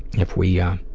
if we ah,